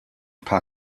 paar